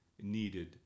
needed